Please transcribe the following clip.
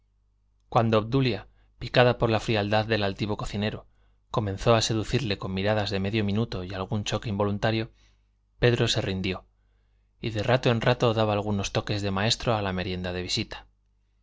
cuando obdulia picada por la frialdad del altivo cocinero comenzó a seducirle con miradas de medio minuto y algún choque involuntario pedro se rindió y de rato en rato daba algunos toques de maestro a la merienda de visita